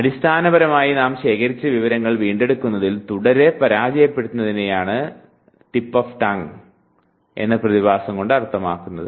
അടിസ്ഥാനപരമായി നാം ശേഖരിച്ച വിവരങ്ങൾ വീണ്ടെടുക്കുന്നതിൽ തുടരെ പരാജയപ്പെടുന്നതിനെയാണ് നാവിൻറെ തുമ്പത്ത് എന്ന പ്രതിഭാസം കൊണ്ട് അർത്ഥമാക്കുന്നത്